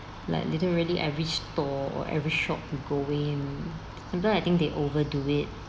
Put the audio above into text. like literally every store or every shop we go in sometimes I think they overdo it